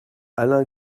alain